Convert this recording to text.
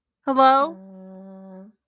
Hello